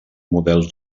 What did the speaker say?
models